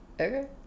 Okay